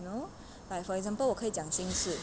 you know like for example 我可以讲心事